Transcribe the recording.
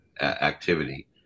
activity